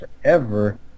forever